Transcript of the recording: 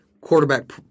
Quarterback